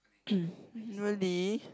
really